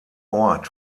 ort